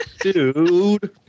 Dude